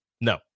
No